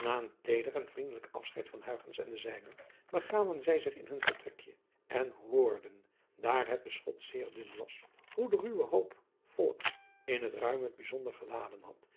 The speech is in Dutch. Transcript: a een teeder en vriendelijk afscheid van en de zijnen begaven zij zich in hun vertrekje en hoorden daar het beschot zeer dun was hoe de ruwe hoop volks in het ruim driaan oosjes zn et leven van illegonda uisman het bijzonder geladen had